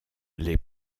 les